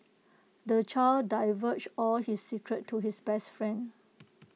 the child divulged all his secrets to his best friend